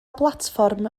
blatfform